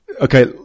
okay